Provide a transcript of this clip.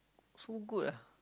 so good ah